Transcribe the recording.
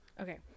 Okay